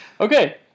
okay